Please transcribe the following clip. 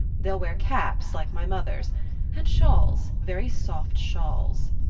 they'll wear caps like my mother's and shawls very soft shawls.